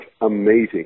amazing